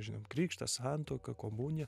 žinom krikštas santuoka komunija